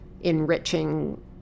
enriching